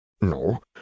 No